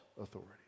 authority